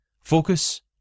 Focus